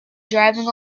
driving